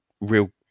real